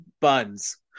buns